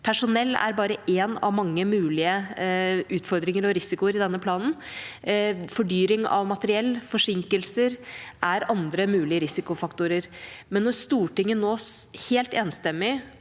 Personell er bare en av mange mulige utfordringer og risikoer i denne planen. Fordyring av materiell og forsinkelser er andre mulige risikofaktorer. Men når Stortinget nå er helt enstemmig